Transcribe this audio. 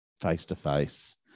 face-to-face